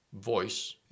voice